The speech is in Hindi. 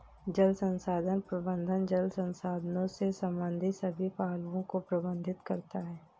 जल संसाधन प्रबंधन जल संसाधनों से संबंधित सभी पहलुओं को प्रबंधित करता है